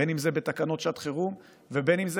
בין אם זה בתקנות שעת חירום ובין אם זה